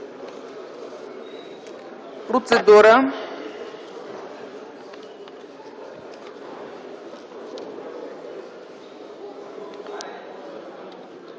Процедура.